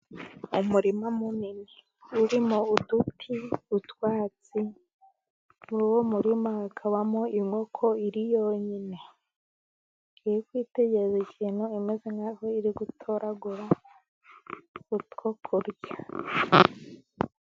Umurima munini urimo uduti, utwatsi n'uwo murima hakabamo inkoko iri yonyine, iri kwitegereza ikintu imeze nkaho iri gutoragura utwo kurya.